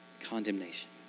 condemnation